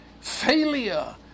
Failure